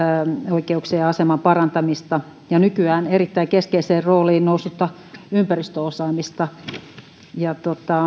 oikeuksien ja aseman parantamista ja nykyään erittäin keskeiseen rooliin noussutta ympäristöosaamista